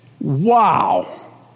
Wow